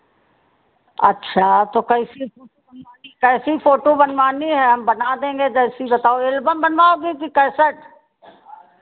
अच्छा तो कैसी फ़ोटो बनवानी कैसी फ़ोटो बनवानी है हम बना देंगे जैसी बताओ एल्बम बनवाओगी कि कैसेट